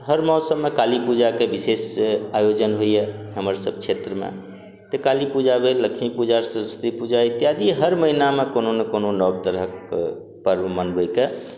हर मौसममे काली पूजाके विशेष आयोजन होइए हमर सभ क्षेत्रमे तऽ काली पूजा भेल लक्ष्मी पूजा सरस्वती पूजा इत्यादि हर महिनामे कोनो ने कोनो नव तरहक पर्व मनबयके